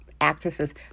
actresses